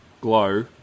glow